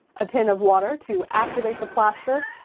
a tin of water to activate the plaster.